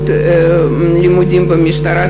לימודים במשטרה,